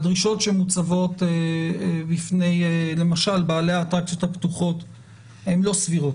הדרישות שמוצבות בפני למשל בעלי האטרקציות הפתוחות הן לא סבירות,